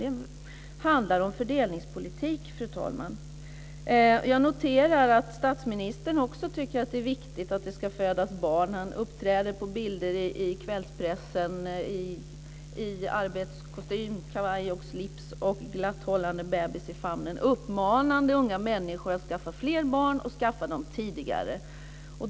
Det handlar om fördelningspolitik, fru talman. Jag noterar att också statsministern tycker att det är viktigt att det ska födas fler barn. Han uppträder på bilder i kvällspressen i kavaj och slips glatt hållande en bebis i famnen. Han uppmanar unga människor att skaffa fler barn tidigare.